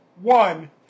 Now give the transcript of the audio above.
one